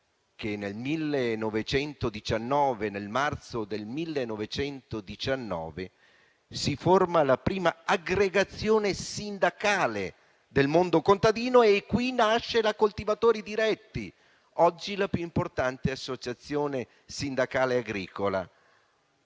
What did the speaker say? che nel marzo 1919 si forma la prima aggregazione sindacale del mondo contadino e lì nasce la Coltivatori diretti, oggi la più importante associazione sindacale del